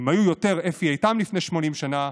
אם היו יותר אפי איתם לפני 80 שנה,